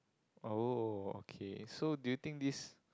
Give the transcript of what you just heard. oh okay so do you think this